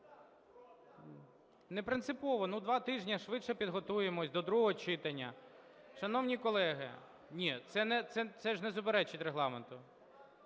Не принципово, ну, два тижні - швидше підготуємося до другого читання. Шановні колеги… Ні, це ж не суперечить Регламенту.